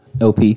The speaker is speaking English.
Op